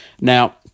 Now